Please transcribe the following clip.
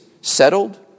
settled